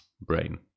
brain